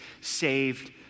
saved